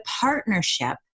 partnership